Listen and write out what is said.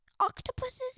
octopuses